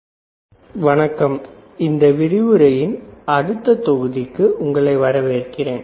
construction and operation of U J T relaxation oscillators வணக்கம் அடுத்த தொகுதிக்கு உங்களை வரவேற்கிறேன்